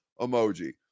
emoji